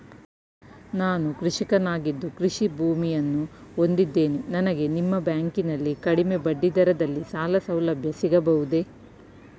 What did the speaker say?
ನಾನು ಕೃಷಿಕನಾಗಿದ್ದು ಕೃಷಿ ಭೂಮಿಯನ್ನು ಹೊಂದಿದ್ದೇನೆ ನನಗೆ ನಿಮ್ಮ ಬ್ಯಾಂಕಿನಲ್ಲಿ ಕಡಿಮೆ ಬಡ್ಡಿ ದರದಲ್ಲಿ ಸಾಲಸೌಲಭ್ಯ ಸಿಗಬಹುದೇ?